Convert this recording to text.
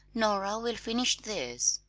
nora will finish these,